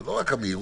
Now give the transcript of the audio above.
זה לא רק המהירות.